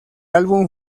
álbum